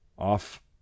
off